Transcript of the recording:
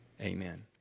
amen